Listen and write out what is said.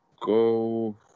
go